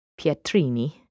Pietrini